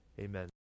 Amen